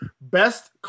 best